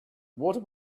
water